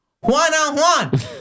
one-on-one